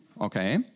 okay